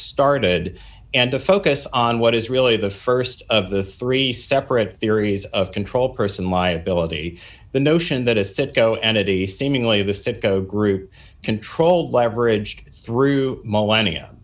started and to focus on what is really the st of the three separate theories of control person liability the notion that a citgo entity seemingly the citgo group control leveraged through millennia